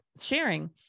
sharing